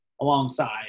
alongside